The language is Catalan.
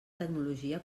tecnologia